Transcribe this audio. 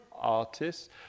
artists